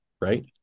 right